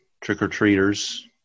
trick-or-treaters